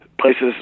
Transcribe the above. Places